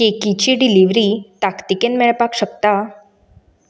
केकीची delivery ताकतिकेन मेळपाक शकता